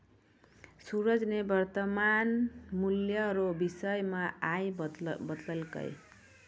सूरज ने वर्तमान मूल्य रो विषय मे आइ बतैलकै